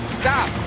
stop